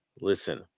Listen